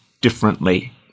differently